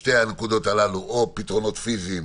שתי הנקודות הללו: או פתרונות פיזיים